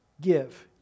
give